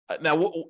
Now